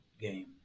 game